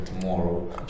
tomorrow